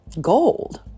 gold